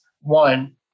One